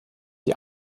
die